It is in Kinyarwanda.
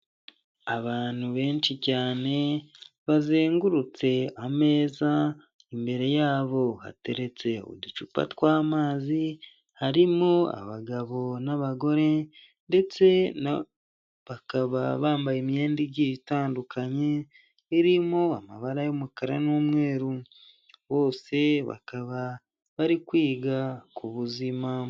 Abantu benshi cyane bazengurutse ameza imbere yabo hateretse uducupa tw'amazi, harimo abagabo n'abagore ndetse na bakaba bambaye imyenda igiye itandukanye, irimo amabara y'umukara n'umweru bose bakaba bari kwiga ku buzima.